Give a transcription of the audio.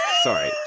sorry